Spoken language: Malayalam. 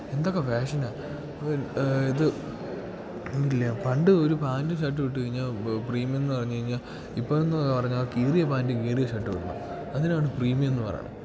എന്തൊക്കെ ഫാഷനാണ് ഇത് ഇല്ല പണ്ട് ഒര് പാൻറ്റും ഷർട്ടും ഇട്ട് കഴിഞ്ഞാൽ പ്രീമിയം എന്ന് പറഞ്ഞു കഴിഞ്ഞാൽ ഇപ്പം എന്ന് പറഞ്ഞാൽ കീറിയ പാൻറ്റും കീറിയ ഷർട്ടും ഇടണം അതിനാണ് പ്രീമിയം എന്ന് പറയണത്